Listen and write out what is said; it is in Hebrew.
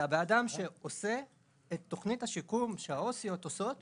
זה הבן אדם שמבצע את תוכנית השיקום שהעו"סיות עושות בשטח.